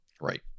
right